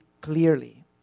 clearly